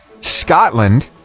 Scotland